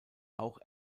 auch